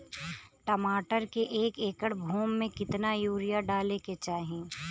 टमाटर के एक एकड़ भूमि मे कितना यूरिया डाले के चाही?